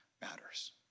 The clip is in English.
matters